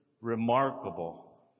remarkable